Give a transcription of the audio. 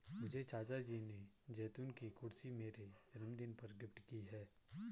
मुझे चाचा जी ने जैतून की कुर्सी मेरे जन्मदिन पर गिफ्ट की है